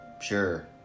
sure